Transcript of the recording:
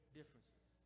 Differences